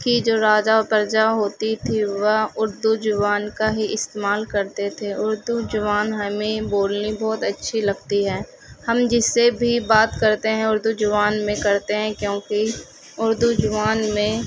کی جو راجا پرجا ہوتی تھی وہ اردو زبان کا ہی استعمال کرتے تھے اردو زبان ہمیں بولنی بہت اچھی لگتی ہے ہم جس سے بھی بات کرتے ہیں اردو زبان میں کرتے ہیں کیونکہ اردو زبان میں